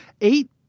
Eight